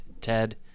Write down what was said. Ted